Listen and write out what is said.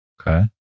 Okay